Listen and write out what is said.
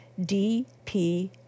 dp